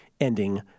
ending